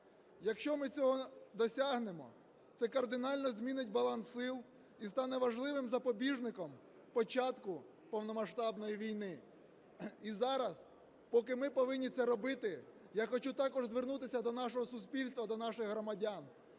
Якщо ми цього досягнемо, це кардинально змінить баланс сил і стане важливим запобіжником початку повномасштабної війни. І зараз, поки ми повинні це робити. я хочу також звернутися до нашого суспільства, до наших громадян